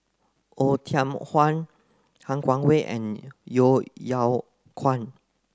Oei Tiong Ham Han Guangwei and Yeo Yeow Kwang